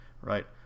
right